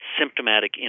symptomatic